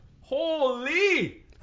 Holy